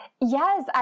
Yes